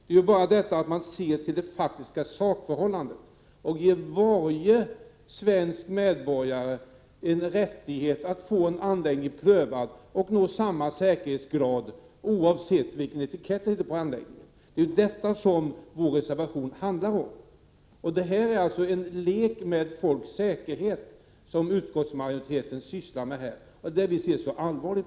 Vi kräver bara att man ser till det faktiska sakförhållandet och ger varje svensk medborgare rättigheten att få anläggningar prövade och anpassade till samma säkerhetsgrad, oavsett vilken etikett det sitter på anläggningen. Det är detta som vår reservation handlar om. Det är en lek med människors säkerhet som utskottsmajoriteten sysslar med. Det är det vi ser så allvarligt